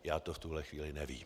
Já to v tuhle chvíli nevím.